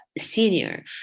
senior